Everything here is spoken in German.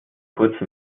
kurzen